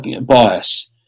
bias